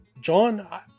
John